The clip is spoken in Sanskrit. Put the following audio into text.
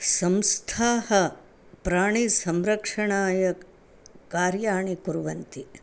संस्थाः प्राणीसंरक्षणाय कार्याणि कुर्वन्ति